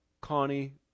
Connie